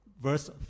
Verse